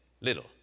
little